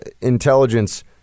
intelligence